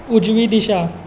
उजवी दिशा